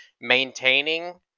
maintaining